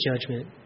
judgment